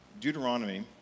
Deuteronomy